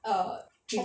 err drinks